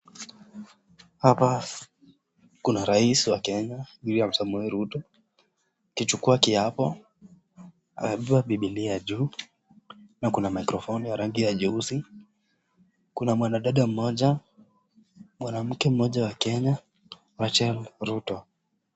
Hapa kuna rais wa kenya William Samoe Ruto akichukua kiapo ameinua bibilia juu na kuna mikrofoni ya rangi ya jeusi. Kuna mwanadada mmoja mwanamke mmoja wa kenya Reachel Ruto.